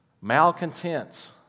Malcontents